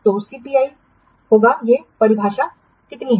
तो सीपीआई होगा ये परिभाषा कितनी है